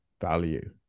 value